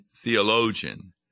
theologian